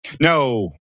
No